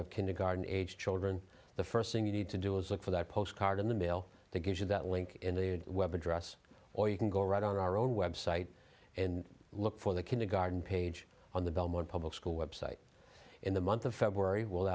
have kindergarten age children the first thing you need to do is look for that postcard in the mail that gives you that link in the web address or you can go right on our own website and look for the kindergarten page on the belmont public school website in the month of february w